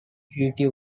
treaty